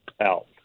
out